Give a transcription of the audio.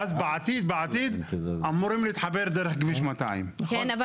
ואז בעתיד אמורים להתחבר דרך כביש 200. כן,